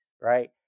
right